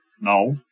No